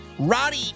Roddy